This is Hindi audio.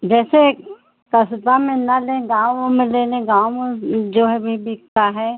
जैसे कस्बा में न लें गाँव वाँव में ले लें गाँव में जो है भी बिकता है